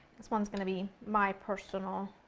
this one is going to be my personal